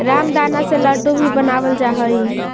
रामदाना से लड्डू भी बनावल जा हइ